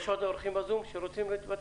יש עוד אורחים בזום שרוצים להתבטא?